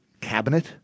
cabinet